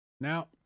Now